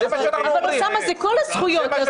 אוסאמה, מדובר בכל הזכויות.